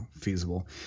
feasible